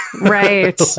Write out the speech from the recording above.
Right